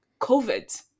COVID